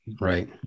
Right